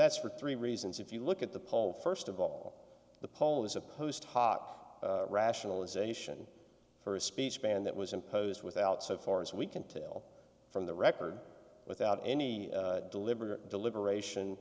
that's for three reasons if you look at the poll first of all the poll is a post hoc rationalization for a speech ban that was imposed without so far as we can tell from the record without any deliberate deliberation